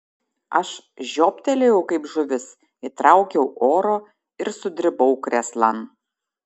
aš žioptelėjau kaip žuvis įtraukiau oro ir sudribau krėslan